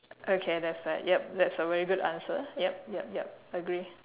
okay that's fair yup that's a very good answer yup yup yup agree